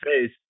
face